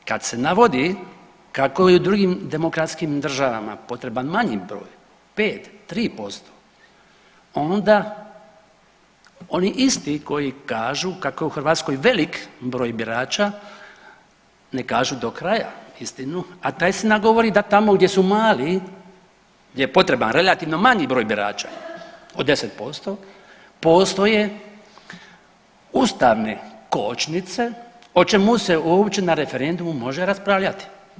Međutim, kad se navodi kako je u drugim demokratskim državama potreban manji broj 5, 3% onda oni isti koji kažu kako je u Hrvatskoj veliki broj birača ne kažu do kraja istinu, a ta istina govori da tamo gdje su mali gdje je potreban relativno manji broj birača od 10% postoje ustavne kočnice o čemu se uopće na referendumu može raspravljati.